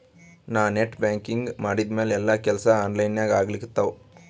ನಾ net banking ಮಾಡಿದ್ಮ್ಯಾಲ ಎಲ್ಲಾ ಕೆಲ್ಸಾ ಆನ್ಲೈನಾಗೇ ಆಗ್ಲಿಕತ್ತಾವ